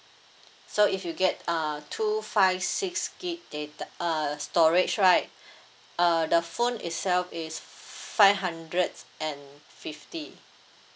so if you get uh two five six gig data uh storage right uh the phone itself is five hundred and fifty